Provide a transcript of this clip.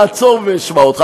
אני אעצור ואשמע אותך,